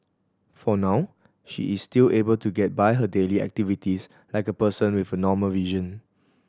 for now she is still able to get by her daily activities like a person with a normal vision